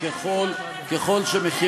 כי ככל שמחירי,